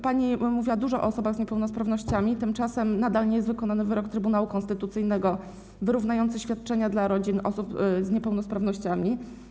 Pani mówiła dużo o osobach z niepełnosprawnościami, tymczasem nadal nie jest wykonany wyrok Trybunału Konstytucyjnego wyrównujący świadczenia dla rodzin osób z niepełnosprawnościami.